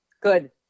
Good